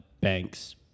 Banks